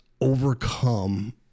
overcome